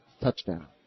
touchdown